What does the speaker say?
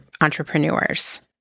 entrepreneurs